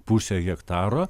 pusę hektaro